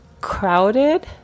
crowded